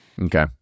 Okay